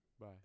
Bye